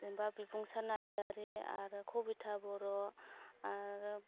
जेनेबा बिबुंसार नारजारि आरो खबिथा बर' आरो